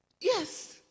yes